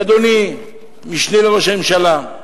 אדוני המשנה לראש הממשלה,